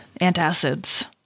antacids